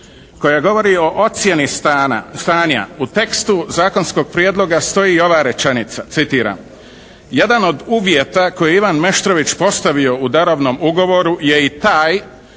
koja govori o ocjeni stanja u tekstu zakonskog prijedloga stoji i ova rečenica, citiram: